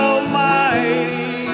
Almighty